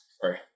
sorry